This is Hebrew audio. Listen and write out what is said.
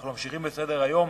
אנחנו ממשיכים בסדר-היום.